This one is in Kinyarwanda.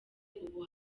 ubu